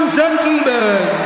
gentlemen